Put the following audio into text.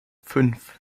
fünf